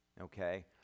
okay